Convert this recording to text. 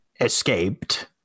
escaped